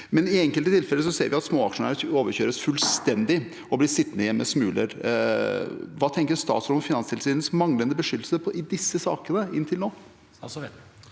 I enkelte tilfeller ser vi imidlertid at småaksjonærer overkjøres fullstendig og blir sittende igjen med smuler. Hva tenker statsråden om Finanstilsynets manglende beskyttelse i disse sakene inntil nå?